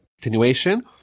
continuation